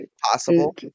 Possible